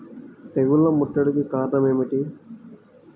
తెగుళ్ల ముట్టడికి కారణం ఏమిటి?